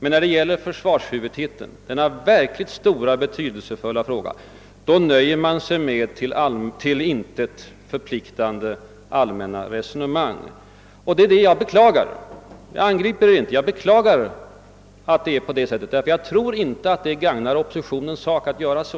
När det nu gäller försvarshuvudtiteln, denna verkligt stora och betydelsefulla fråga, nöjer man sig emellertid med till intet förpliktande allmänna resonemang. Det är detta jag beklagar. Jag angriper inte utan beklagar att det förhåller sig på det sättet. Jag tror inte att det gagnar oppositionens sak att göra så.